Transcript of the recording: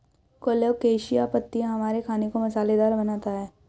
colocasia पत्तियां हमारे खाने को मसालेदार बनाता है